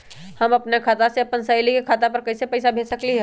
हम अपना खाता से अपन सहेली के खाता पर कइसे पैसा भेज सकली ह?